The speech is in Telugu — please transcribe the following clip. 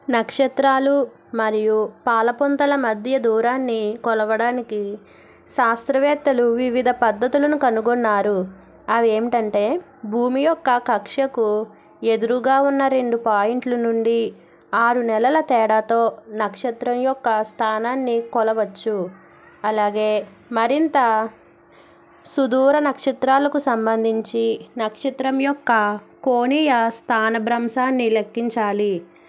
నక్షత్రాలు మరియు పాలపుంతల మధ్య దూరాన్ని కొలవడానికి శాస్త్రవేత్తలు వివిధ పద్ధతులను కనుగొన్నారు అవి ఏమమటంటే భూమి యొక్క కక్షకు ఎదురుగా ఉన్న రెండు పాయింట్లు నుండి ఆరు నెలల తేడాతో నక్షత్రం యొక్క స్థానాన్ని కొలవచ్చు అలాగే మరింత సుదూర నక్షత్రాలకు సంబంధించి నక్షత్రం యొక్క కోణీయ స్థానభ్రంశాన్ని లెక్కించాలి